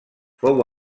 fou